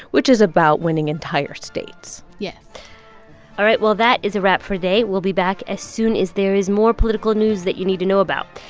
which is about winning entire states yes all right. well, that is a wrap for today. we'll be back as soon as there is more political news that you need to know about.